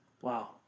wow